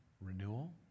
renewal